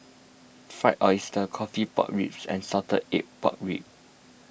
Fried Oyster Coffee Pork Ribs and Salted Egg Pork Ribs